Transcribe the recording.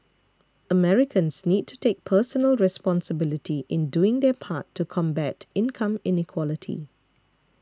Americans need to take personal responsibility in doing their part to combat income inequality